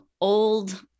old